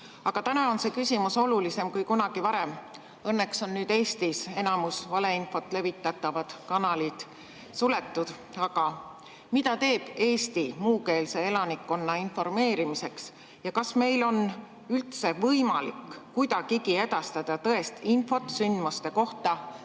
Aga täna on see küsimus olulisem kui kunagi varem. Õnneks on nüüd Eestis enamik valeinfot levitavaid kanaleid suletud. Aga mida teeb Eesti muukeelse elanikkonna informeerimiseks ja kas meil on üldse võimalik kuidagigi edastada tõest infot sündmuste kohta